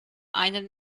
einen